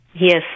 Yes